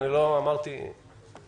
כל עוד אנחנו קיימים,